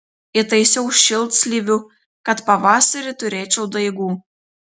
įtaisiau šiltlysvių kad pavasarį turėčiau daigų